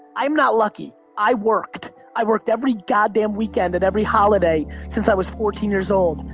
i am not lucky, i worked. i worked every god damn weekend and every holiday since i was fourteen years old.